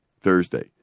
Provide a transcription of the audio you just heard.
Thursday